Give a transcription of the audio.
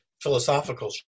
philosophical